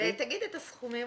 ואולי תגיד את הסכומים.